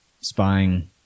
spying